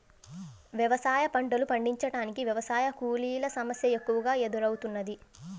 వ్యవసాయ పంటలు పండించటానికి వ్యవసాయ కూలీల సమస్య ఎక్కువగా ఎదురౌతున్నది